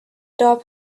top